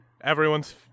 everyone's